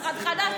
משרד חדש,